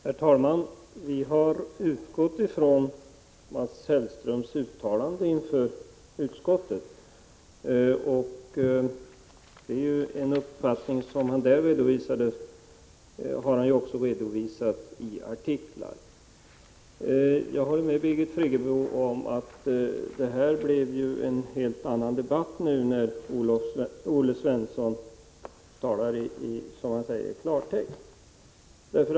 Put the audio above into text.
Herr talman! Vi har utgått från Mats Hellströms uttalande inför utskottet. Den uppfattning som han där redovisade har han också redovisat i artiklar. Jag håller med Birgit Friggebo om att detta blev en helt annan debatt nu när Olle Svensson talar klarspråk.